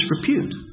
disrepute